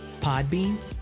Podbean